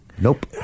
Nope